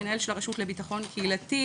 מנהל של הרשות לביטחון קהילתי,